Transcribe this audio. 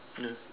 no